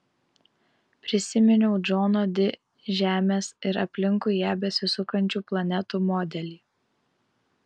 prisiminiau džono di žemės ir aplinkui ją besisukančių planetų modelį